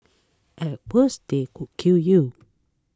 at worst they could kill you